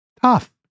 Tough